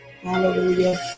Hallelujah